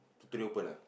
so three open ah